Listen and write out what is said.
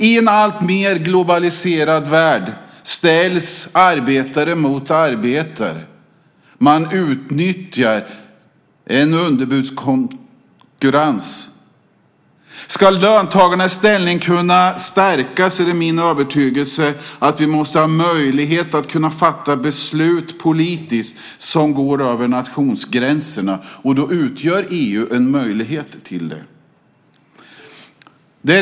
I en alltmer globaliserad värld ställs arbetare mot arbetare. Man utnyttjar en underbudskonkurrens. Ska löntagarnas ställning stärkas är det min övertygelse att vi måste ha möjlighet att fatta politiska beslut som går över nationsgränserna. Då utgör EU en möjlighet till det.